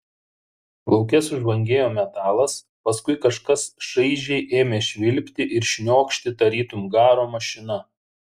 lauke sužvangėjo metalas paskui kažkas šaižiai ėmė švilpti ir šniokšti tarytum garo mašina